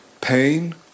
Pain